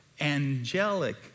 Angelic